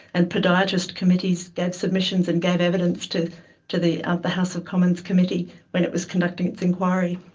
and podiatrist committees gave submissions and gave evidence to to the ah the house of commons committee when it was conducting its inquiry,